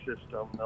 system